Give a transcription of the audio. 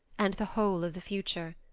and the whole of the future.